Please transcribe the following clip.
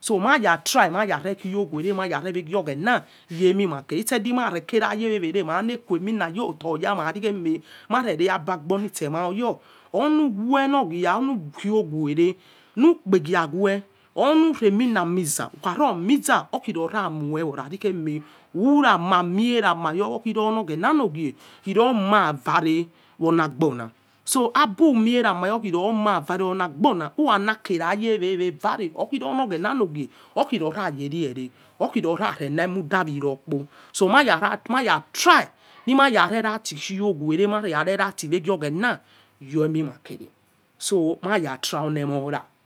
so maya try ma yane kiture makare wero ghe nayem mabere mist jedimanare kerayawere nekue ming joto yama ravirveme marweigbabonits emayo onuwezaya ona khiowere nup-egiawe onuremina miza ukharomiza okivoramio ravivieme urama mierams khi ronognenanogie romavere conagbong so abumierama khimonas vare onagibong uranskevayeveme nane okimi rono oghenanogie gerie okni naravens emudaviro tu kupo, so manja try nomen arpenatan wegiogens youmimakere so ma ya try onemora.